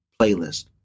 Playlist